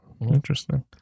interesting